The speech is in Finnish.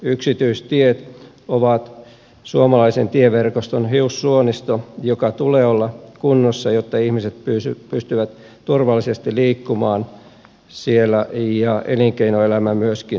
yksityistiet ovat suomalaisen tieverkoston hiussuonisto jonka tulee olla kunnossa jotta ihmiset pystyvät turvallisesti liikkumaan siellä ja elinkeinoelämä myöskin pystyy kuljettamaan